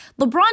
LeBron